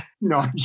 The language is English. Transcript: No